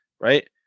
right